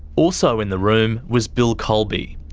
also in the room was bill coleby.